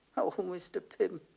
oh mr. pym.